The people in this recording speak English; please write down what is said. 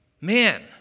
Man